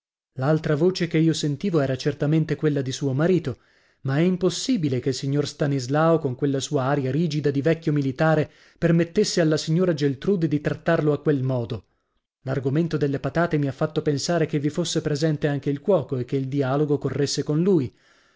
l'altra voce che io sentivo era certamente quella di suo marito ma è impossibile che il signor stanislao con quella sua aria rigida di vecchio militare permettesse alla signora geltrude di trattarlo a quel modo l'argomento delle patate mi ha fatto pensare che vi fosse presente anche il cuoco e che il dialogo corresse con lui